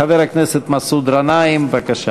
חבר הכנסת מסעוד גנאים, בבקשה.